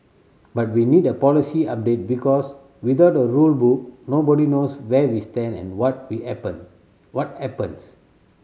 but we need a policy update because without a rule book nobody knows where we stand and what we happen what happens